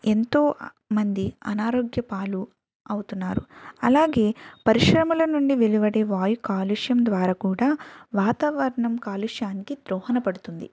ఎంతో మంది అనారోగ్యపాలు అవుతున్నారు అలాగే పరిశ్రమల నుండి వెలువడే వాయుకాలుష్యం ద్వారా కూడా వాతావరణ కాలుష్యానికి ద్రోహద పడుతుంది